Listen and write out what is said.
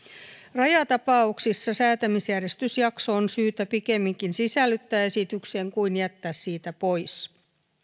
rajatapauksissa säätämisjärjestysjakso on syytä pikemminkin sisällyttää esitykseen kuin jättää siitä pois